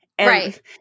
Right